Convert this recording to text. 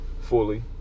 fully